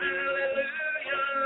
Hallelujah